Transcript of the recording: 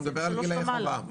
לא, מדבר על גילאי חובה.